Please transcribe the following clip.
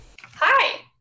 Hi